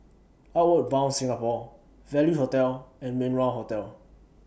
Outward Bound Singapore Value Hotel and Min Wah Hotel